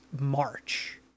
March